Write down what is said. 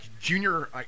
junior